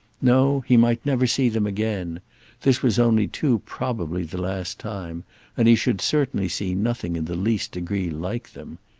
no, he might never see them again this was only too probably the last time and he should certainly see nothing in the least degree like them.